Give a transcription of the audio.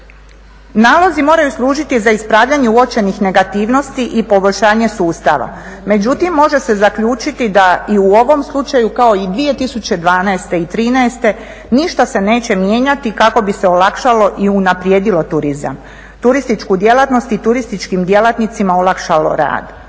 Nalazi moraju služiti za ispravljanje uopćenih negativnosti i poboljšanje sustava. Međutim, može se zaključiti da i u ovom slučaju kao i 2012. i 2013. ništa se neće mijenjati kako bi se olakšalo i unaprijedilo turizam, turističku djelatnosti i turističkim djelatnicima olakšalo rad.